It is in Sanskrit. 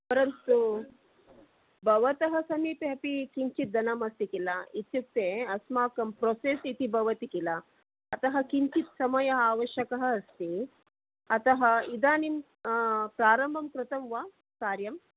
परन्तु भवतः समीपे अपि किञ्चित् दनम् अस्ति किल इत्युक्ते अस्माकं प्रोसेस् इति भवति खिल अतः किञ्चित् समयः अवश्यकः अस्ति अतः इदानीं प्रारम्भं कृतं वा कार्यम्